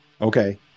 Okay